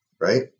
right